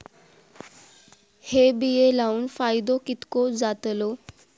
हे बिये लाऊन फायदो कितको जातलो?